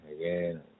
again